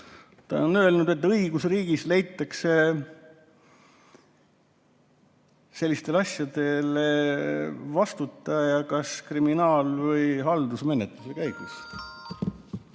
kes on öelnud, et õigusriigis leitakse sellistele asjadele vastutaja kas kriminaal- või haldusmenetluse käigus.